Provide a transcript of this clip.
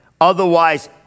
Otherwise